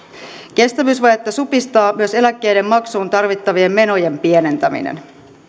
kestävyysvajetta supistaa myös eläkkeiden maksuun tarvittavien menojen pienentäminen